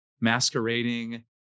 masquerading